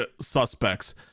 suspects